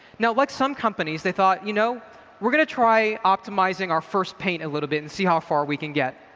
now like some companies, they thought you know we're going to try optimizing our first paint a little bit and see how far we can get.